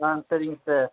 ஆ சரிங்க சார்